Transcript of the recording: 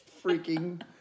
freaking